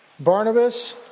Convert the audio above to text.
Barnabas